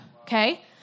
okay